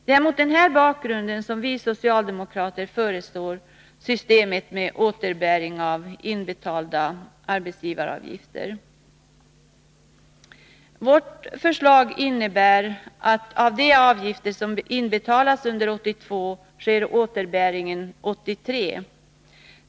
Det är mot den bakgrunden som vi socialdemokrater föreslår ett system med återbäring av inbetalda arbetsgivaravgifter. Vårt förslag innebär att för de avgifter som inbetalas under 1982 sker återbäringen 1983.